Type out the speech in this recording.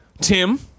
Tim